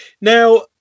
Now